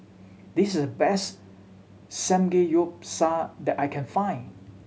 this is the best Samgeyopsal that I can find